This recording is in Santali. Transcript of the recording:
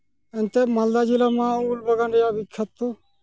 ᱮᱱᱛᱮᱫ ᱢᱟᱞᱫᱟ ᱡᱮᱞᱟ ᱢᱟ ᱩᱞ ᱵᱟᱜᱟᱱ ᱨᱮᱭᱟᱜ ᱵᱤᱠᱠᱷᱟᱛᱚ